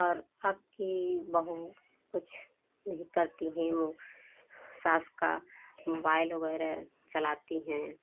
और अब की बहू कुछ नहीं करती हैं वो सास का मोबाइल वगैरह चलाती हैं